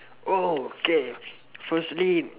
okay firstly